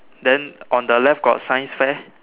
then on the left got science fair